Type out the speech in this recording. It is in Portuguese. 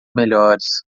melhores